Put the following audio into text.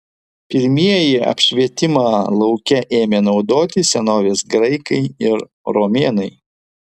pirmieji apšvietimą lauke ėmė naudoti senovės graikai ir romėnai